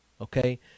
okay